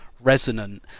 resonant